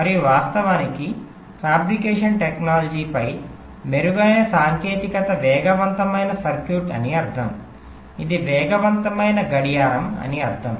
మరియు వాస్తవానికి ఫాబ్రికేషన్ టెక్నాలజీపై మెరుగైన సాంకేతికత వేగవంతమైన సర్క్యూట్ అని అర్ధం ఇది వేగవంతమైన గడియారం అని అర్ధం